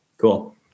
Cool